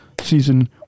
season